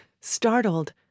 Startled